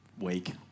week